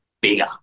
bigger